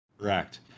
correct